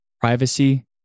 privacy